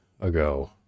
ago